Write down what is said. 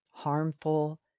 harmful